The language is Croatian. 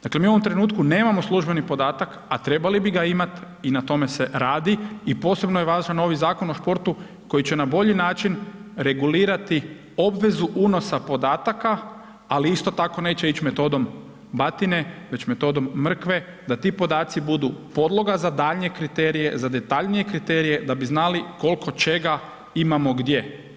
Dakle, mi u ovom trenutku nemamo službeni podatak, a trebali bi ga imati i na tome se radi i posebno je važan novi Zakon o športu koji će na bolji način regulirati obvezu unosa podataka, ali isto tako neće ići metodom batine, već metodom mrkve, da ti podaci budu podloga za daljnje kriterije, za detaljnije kriterije da bi znali koliko čega imamo gdje.